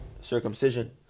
circumcision